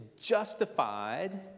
justified